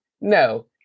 No